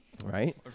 Right